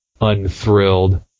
unthrilled